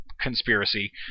Conspiracy